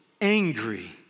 angry